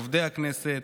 עובדי הכנסת,